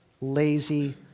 lazy